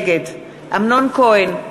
נגד אמנון כהן,